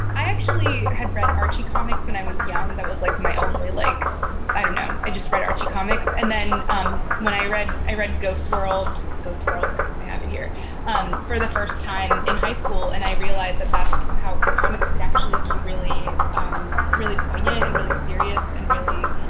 i actually had read archie comics when i was young. that was like my only like i don't know. i just read archie comics. and then when i read i read ghost world ghost world i have it here um for the first time in high school, and i realized that that's how comics could actually be really really poignant and really serious and really